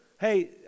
hey